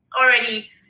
already